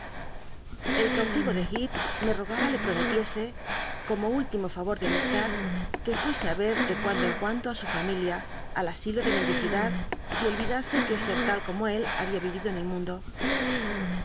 el c ulio de llcep me i'ogaba le p omelicse como tltimo favor de amistad que fuese i ve de cuando en cuando i su familia al asilo de mendicidad y olvidase que un ser tal como él habia vivido en el mundo